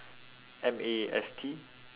M A S T